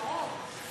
ברור.